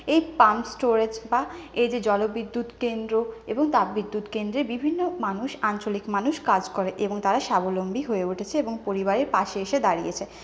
এই pump storage বা এই যে জলবিদ্যুৎ কেন্দ্র এবং তাপবিদ্যুৎ কেন্দ্রে বিভিন্ন মানুষ আঞ্চলিক মানুষ কাজ করে এবং তারা স্বাবলম্বী হয়ে উঠেছে এবং পরিবারের পাশে এসে দাঁড়িয়েছে